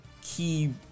key